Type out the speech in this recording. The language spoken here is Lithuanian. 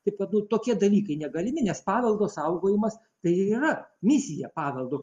taip kad nu tokie dalykai negalimi nes paveldo saugojimas tai ir yra misija paveldo